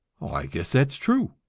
i guess that's true.